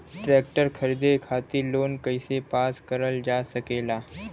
Tractor खरीदे खातीर loan कइसे पास करल जा सकेला?